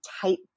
tight